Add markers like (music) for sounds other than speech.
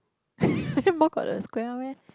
(laughs) handball got the square one meh